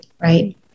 right